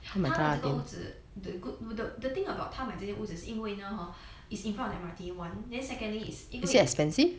他的这个屋子 the good noodle the thing about 她买这些屋子因为呢 hor it's in front the M_R_T one then secondly is 因为